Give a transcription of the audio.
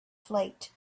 flight